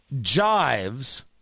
jives